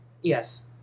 Yes